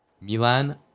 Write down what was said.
Milan